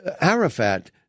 Arafat